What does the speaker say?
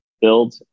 build